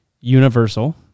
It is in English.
universal